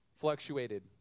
fluctuated